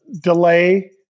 delay